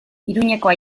iruñekoa